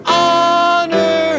honor